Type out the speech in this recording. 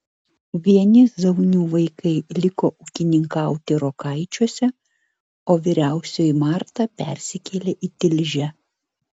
vieni zaunių vaikai liko ūkininkauti rokaičiuose o vyriausioji marta persikėlė į tilžę